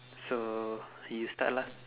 so you start lah